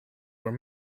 were